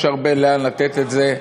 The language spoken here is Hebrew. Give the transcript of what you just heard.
יש הרבה למי לתת את זה,